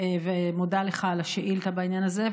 אני מודה לך על השאילתה בעניין הזה,